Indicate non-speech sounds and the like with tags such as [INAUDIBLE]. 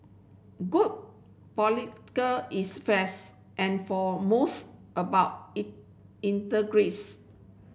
good political is [UNINTELLIGIBLE] and foremost about [UNINTELLIGIBLE]